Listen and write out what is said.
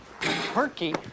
Perky